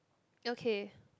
okay